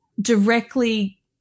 directly